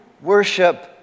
worship